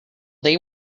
they